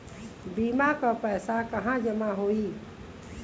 बीमा क पैसा कहाँ जमा होई?